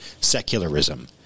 secularism